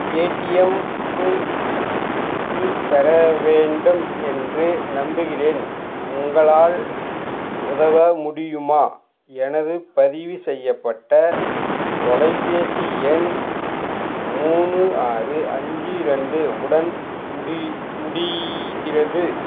Paytm இல் இல் பெற வேண்டும் என்று நம்புகிறேன் உங்களால் உதவ முடியுமா எனது பதிவுசெய்யப்பட்ட தொலைபேசி எண் மூணு ஆறு அஞ்சு ரெண்டு உடன் முடி முடிகிறது